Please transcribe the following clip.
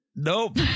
Nope